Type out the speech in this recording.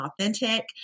authentic